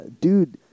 Dude